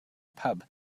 pub